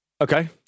Okay